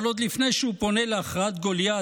אבל עוד לפני שהוא פונה להכרעת גוליית,